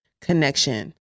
connection